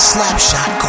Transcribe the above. Slapshot